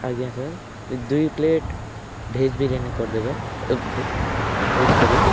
ଆଜ୍ଞା ସାର୍ ଦୁଇ plate veg biryani କରିଦେବେ ଭେଜ୍ କରୀ